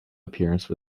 appearance